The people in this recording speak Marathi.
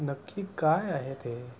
नक्की काय आहे ते